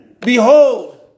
Behold